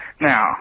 now